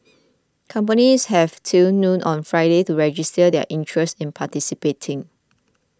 companies have till noon on Friday to register their interest in participating